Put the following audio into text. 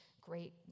great